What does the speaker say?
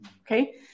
Okay